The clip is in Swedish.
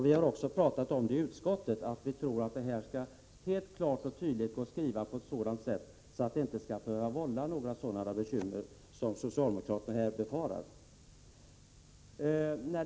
Vi har talat om detta också i utskottet; vi tror att det skall gå att skriva det här på ett sådant sätt att det inte skall behöva vålla några sådana bekymmer som socialdemokraterna befarar.